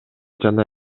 жана